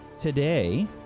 today